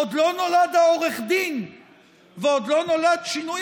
עוד לא נולד העורך דין ועוד לא נולד שינוי